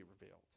revealed